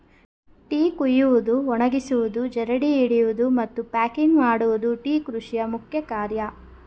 tea ಕುಯ್ಯುವುದು, ಒಣಗಿಸುವುದು, ಜರಡಿ ಹಿಡಿಯುವುದು, ಮತ್ತು ಪ್ಯಾಕಿಂಗ್ ಮಾಡುವುದು ಟೀ ಕೃಷಿಯ ಮುಖ್ಯ ಕಾರ್ಯ